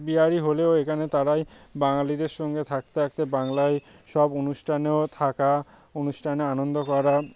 বিহারি হলেও এখানে তারাই বাঙালিদের সঙ্গে থাকতে থাকতে বাংলায় সব অনুষ্ঠানেও থাকা অনুষ্ঠানে আনন্দ করা